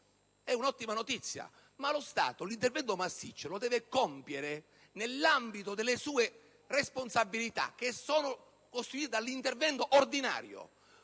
È un'ottima notizia, ma lo Stato l'intervento massiccio lo deve compiere nell'ambito delle sue responsabilità e dunque nell'ambito dell'intervento ordinario.